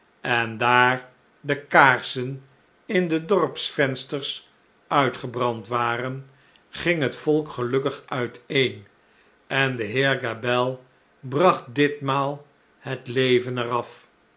en daar de kaarsen in de dorpsvensters uitgebrand waren ging het volk gelukkig uiteen en de heer gabelle bracht ditmaal het leven er